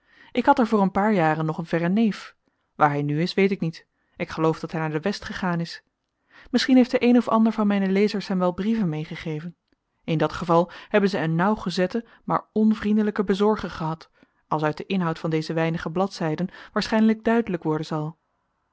ik had er voor een paar jaren nog een verren neef waar hij nu is weet ik niet ik geloof dat hij naar de west gegaan is misschien heeft de een of ander van mijne lezers hem wel brieven meegegeven in dat geval hebben zij een nauwgezetten maar onvriendelijken bezorger gehad als uit den inhoud van deze weinige bladzijden waarschijnlijk duidelijk worden zal